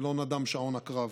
ולא נדם שאון הקרב.